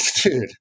Dude